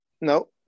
no